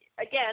again